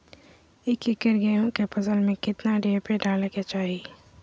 एक एकड़ गेहूं के फसल में कितना डी.ए.पी डाले के चाहि?